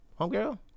homegirl